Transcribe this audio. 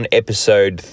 episode